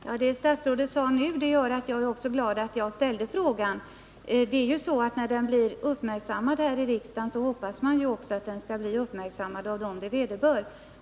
Herr talman! Det statsrådet nu sade gör att jag också är glad att jag ställde frågan. När den blir uppmärksammad här i riksdagen hoppas jag också att den skall bli uppmärksammad av dem det vederbör.